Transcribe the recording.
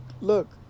look